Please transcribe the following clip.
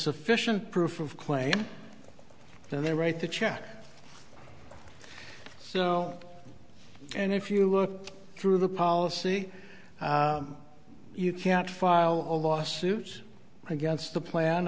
sufficient proof of claim then they write the check so and if you look through the policy you can't file a lawsuit against the plan